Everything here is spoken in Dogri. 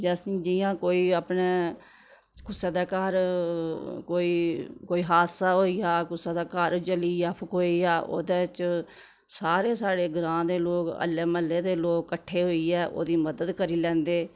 जिस जियां कोई अपने कुसै दे घर कोई कोई हादसा होई गेआ जां कुसै दा घर जली गेआ फकोई गेआ ओह्दे च सारे साढ़े ग्रांऽ दे लोक अल्ले म्हल्लें दे कोल कट्ठे होइयै ओह्दी मदद करी लैंदे